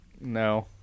no